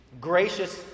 gracious